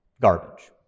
garbage